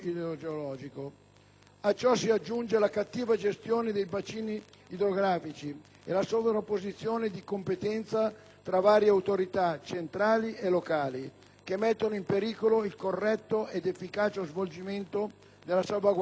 A ciò si aggiunge la cattiva gestione dei bacini idrografici e la sovrapposizione di competenza tra varie autorità, centrali e locali, che mettono in pericolo il corretto ed efficace svolgimento della salvaguardia del territorio.